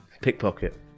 pickpocket